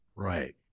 Right